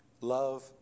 Love